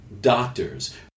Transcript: doctors